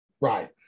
Right